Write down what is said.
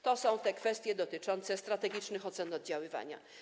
To są te kwestie dotyczące strategicznych ocen oddziaływania.